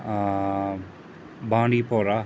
بانڈی پورہ